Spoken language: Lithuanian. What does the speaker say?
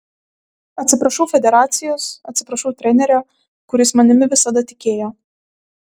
atsiprašau federacijos atsiprašau trenerio kuris manimi visada tikėjo